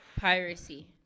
piracy